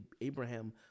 Abraham